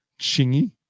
Chingy